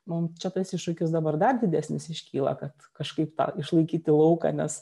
mum čia tas iššūkis dabar dar didesnis iškyla kad kažkaip tą išlaikyti lauką nes